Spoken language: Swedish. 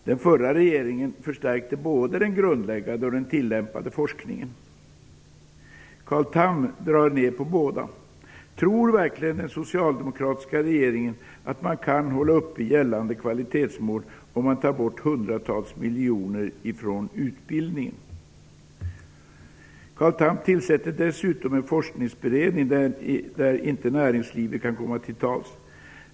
Den förra regeringen förstärkte både den grundläggande och den tillämpade forskningen. Carl Tham drar ner på båda. Tror verkligen den socialdemokratiska regeringen att man kan hålla uppe gällande kvalitetsmål om 100 tals miljoner tas bort från utbildningen? Carl Tham tillsätter dessutom en forskningsberedning, där näringslivet inte kan komma till tals.